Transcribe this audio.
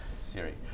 Siri